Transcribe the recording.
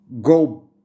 go